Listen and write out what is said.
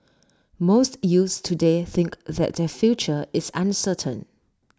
most youths today think that their future is uncertain